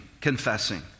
confessing